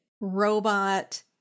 robot